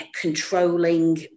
controlling